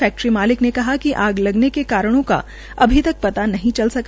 factory मालिक ने कहा कि आग लगने के कारणों का अभी तक पता नहीं चल सहा